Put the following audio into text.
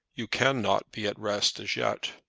you cannot be at rest as yet.